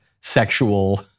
sexual